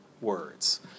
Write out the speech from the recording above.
words